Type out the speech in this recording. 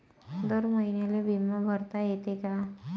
दर महिन्याले बिमा भरता येते का?